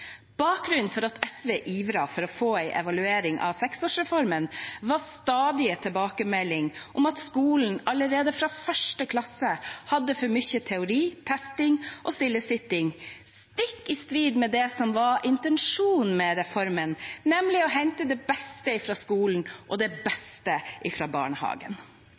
Bakgrunnen for at SV ivret for å en evaluering av seksårsreformen, var stadige tilbakemeldinger om at skolen allerede fra 1. klasse hadde for mye teori, testing og stillesitting, stikk i strid med det som var intensjonen med reformen, nemlig å hente det beste fra skolen og det beste fra barnehagen.